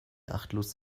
achtlos